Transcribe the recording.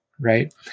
Right